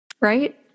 Right